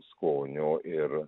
skonio ir